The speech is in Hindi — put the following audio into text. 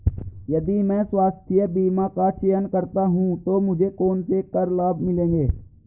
यदि मैं स्वास्थ्य बीमा का चयन करता हूँ तो मुझे कौन से कर लाभ मिलेंगे?